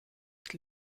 het